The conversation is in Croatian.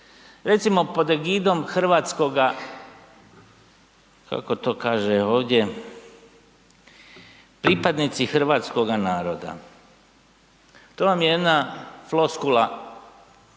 Recimo pod egidom hrvatskoga, kako to kaže ovdje, pripadnici hrvatskoga naroda, to vam je jedna floskula